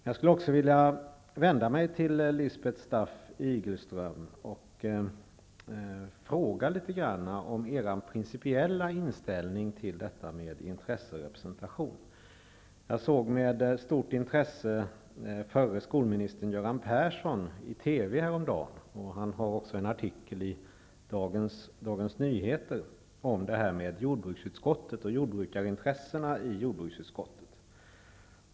Jag skulle också vilja vända mig till Lisbeth Staaf Igelström och fråga om Socialdemokraternas principiella inställning till detta med intresserepresentation. Jag såg med stort intresse förre skolministern Göran Persson i TV häromdagen. Han har också en artikel i Dagens Nyheter i dag om jordbruksutskottet och jordbrukarintressena i jordbruksutskottet.